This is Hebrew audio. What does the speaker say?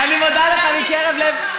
אני מודה לך מקרב לב.